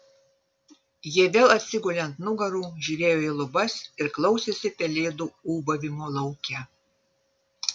jie vėl atsigulė ant nugarų žiūrėjo į lubas ir klausėsi pelėdų ūbavimo lauke